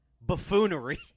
Buffoonery